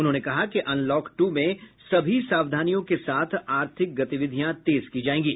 उन्होंने कहा कि अनलॉक टू में सभी सावधानियों के साथ आर्थिक गतिविधियां तेज की जाएंगी